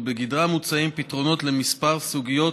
ובגדרם מוצעים פתרונות לכמה סוגיות